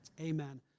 amen